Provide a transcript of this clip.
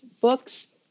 books